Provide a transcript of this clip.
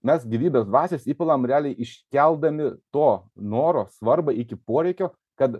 mes gyvybės dvasios įpilam realiai iškeldami to noro svarbą iki poreikio kad